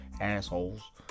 assholes